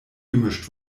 gemischt